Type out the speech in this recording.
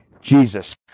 Jesus